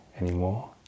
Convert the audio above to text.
anymore